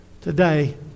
Today